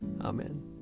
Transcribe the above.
Amen